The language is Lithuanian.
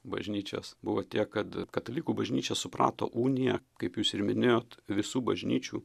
bažnyčios buvo tiek kad katalikų bažnyčia suprato uniją kaip jūs ir minėjot visų bažnyčių